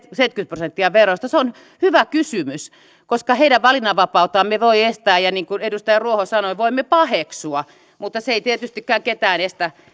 prosenttia verosta se on hyvä kysymys koska heidän valinnanvapauttaan emme voi estää ja niin kuin edustaja ruoho sanoi voimme paheksua mutta se ei tietystikään ketään estä